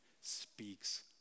speaks